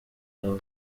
aho